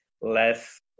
less